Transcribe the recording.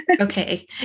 okay